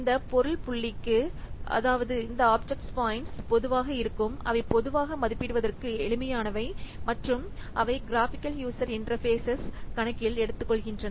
இந்த பொருள் புள்ளிகள் பொதுவாக இருக்கும் அவை பொதுவாக மதிப்பிடுவதற்கு எளிமையானவை மற்றும் அவை கிராஃபிகல் யூசர் இன்டர்பேஸ் கணக்கில் எடுத்துக்கொள்கின்றன